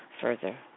further